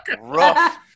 rough